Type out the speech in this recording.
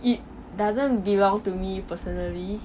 it doesn't belong to me personally